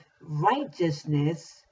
righteousness